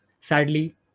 Sadly